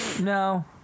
no